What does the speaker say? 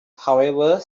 however